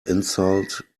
insult